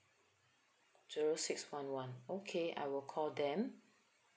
zero six one one okay I will call them